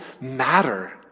matter